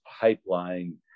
pipeline